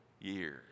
years